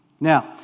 Now